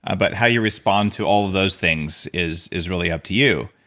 ah but how you respond to all of those things is is really up to you.